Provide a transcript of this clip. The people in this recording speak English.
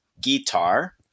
guitar